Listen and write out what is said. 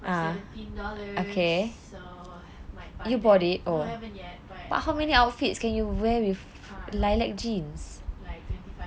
for seventeen dollars so might buy that no I haven't yet like twenty five